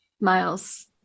Miles